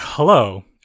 Hello